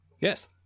Yes